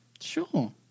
Sure